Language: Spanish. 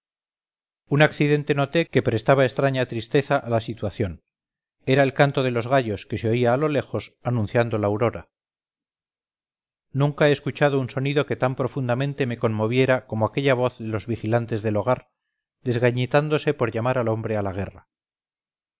un accidente noté que prestaba extraña tristeza a la situación era el canto de los gallos que se oía a lo lejos anunciando la aurora nunca he escuchado un sonido que tan profundamente me conmoviera como aquella voz de los vigilantes del hogar desgañitándose por llamar al hombre a la guerra